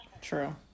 true